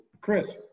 Chris